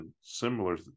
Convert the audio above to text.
similar